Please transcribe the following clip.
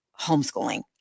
homeschooling